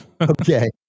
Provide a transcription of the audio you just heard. Okay